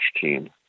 team